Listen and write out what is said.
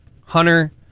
Hunter